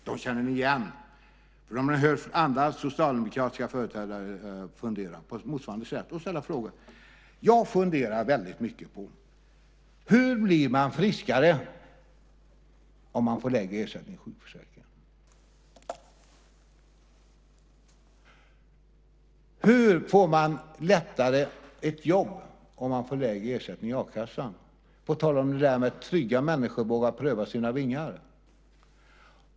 De känner ni igen, för ni har hört andra socialdemokratiska företrädare fundera på motsvarande sätt och ställa frågor. Jag har funderat väldigt mycket på: Hur blir man friskare om man får lägre ersättning från sjukförsäkringen? Hur får man lättare ett jobb om man får lägre ersättning från a-kassan - på tal om det där med att trygga människor vågar pröva sina vingar?